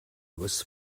was